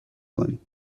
کنیم